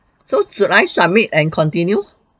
so should I submit and continue